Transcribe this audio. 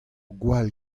gwall